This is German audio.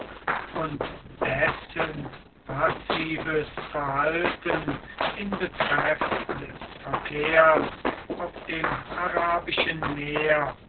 und dessen passives verhalten in betreff des verkehrs auf dem arabischen meer